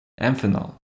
Amphenol